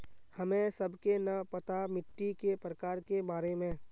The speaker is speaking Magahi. हमें सबके न पता मिट्टी के प्रकार के बारे में?